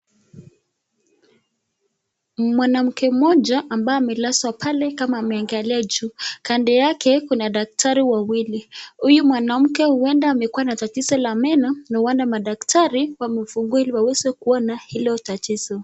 Mwanamke mmoja ambaye amelazwa pale kama ameangalia juu. Kando yake kuna daktari wawili. Huyu mwanamke huenda amekuwa na tatizo la meno na wale madaktari wamefungua ili waweze kuona hilo tatizo.